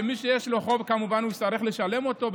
מי שיש לו חוב יצטרך לשלם אותו,